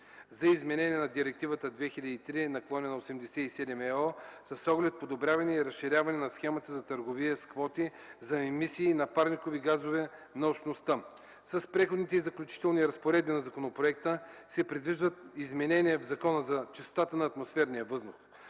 за изменение на Директива 2003/87/ЕО с оглед подобряване и разширяване на схемата за търговия с квоти за емисии на парникови газове на Общността. С Преходните и заключителни разпоредби на законопроекта се предвиждат изменения в Закона за чистотата на атмосферния въздух.